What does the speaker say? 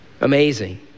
amazing